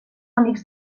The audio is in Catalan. amics